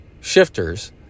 shifters